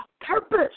purpose